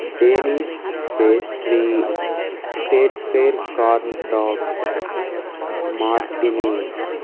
Danish pastry state fair corn dogs martini